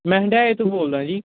ਮੈਂ ਹੰਢਾਏ ਤੋਂ ਬੋਲਦਾ ਜੀ